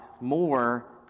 more